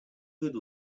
good